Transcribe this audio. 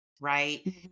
right